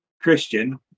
Christian